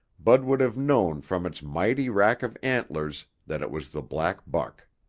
bud would have known from its mighty rack of antlers that it was the black buck.